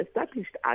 established